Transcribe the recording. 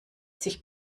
sich